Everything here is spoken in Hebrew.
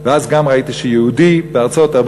ואז גם ראיתי שיהודי בארצות-הברית,